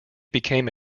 became